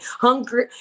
hungry